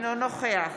אינו נוכח